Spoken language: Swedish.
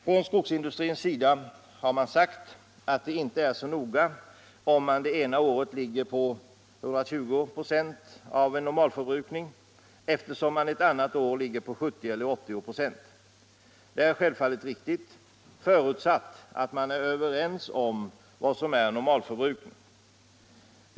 Från skogsindustrins sida har man sagt att det inte är så noga om man det ena året ligger på 120 96 av en normalförbrukning eftersom man ett annat år kanske ligger på 70 eller 80 96. Det är självfallet riktigt —- förutsatt att det råder enighet om vad som är normalförbrukning.